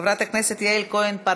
חברת הכנסת יעל כהן-פארן,